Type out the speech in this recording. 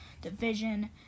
division